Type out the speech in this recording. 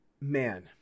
man